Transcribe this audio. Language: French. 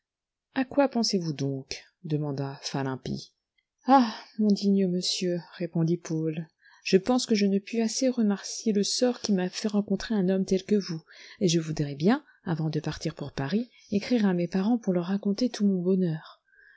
a quoi pensez-vous donc demanda finlappi ahl mon digne monsieur répondit paul je pense que je ne puis assez remercier le sort qui m'a fait rencontrer un homme tel que vous et je voudrais bien avant de partir pour paris écrire à mes parents pour leur raconter tout mon bonheur